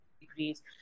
degrees